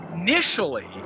Initially